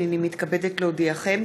הנני מתכבדת להודיעכם,